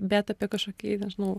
bet apie kažkokį nežinau